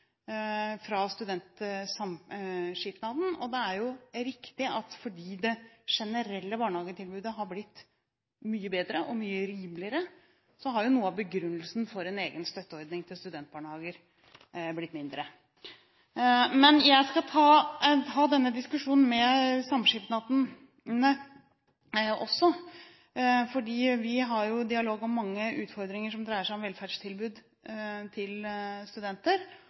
er i et miljø hvor de er kjent. De problemstillingene som representanten Dagrun Eriksen tar opp nå, har jeg selvfølgelig også hørt fra studentsamskipnadene. Det er riktig at siden det generelle barnehagetilbudet har blitt mye bedre og mye rimeligere, har noe av behovet for en egen støtteordning for studentbarnehager blitt mindre. Jeg skal ta denne diskusjonen med samskipnadene også, for vi har jo dialog